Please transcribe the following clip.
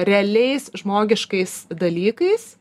realiais žmogiškais dalykais